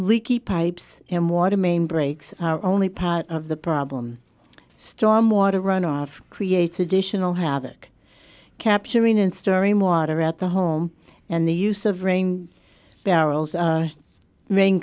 leaky pipes and water main breaks are only part of the problem storm water runoff creates additional havoc capturing in story in water at the home and the use of rain barrels